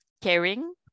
caring